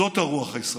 זאת הרוח הישראלית,